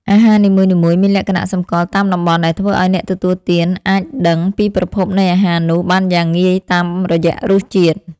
អាហារនីមួយៗមានលក្ខណៈសម្គាល់តាមតំបន់ដែលធ្វើឱ្យអ្នកទទួលទានអាចដឹងពីប្រភពនៃអាហារនោះបានយ៉ាងងាយតាមរយៈរសជាតិ។